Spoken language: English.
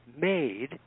made